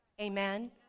Amen